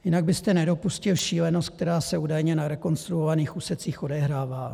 Jinak byste nedopustil šílenost, která se údajně na rekonstruovaných úsecích odehrává.